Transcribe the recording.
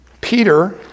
Peter